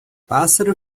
pássaro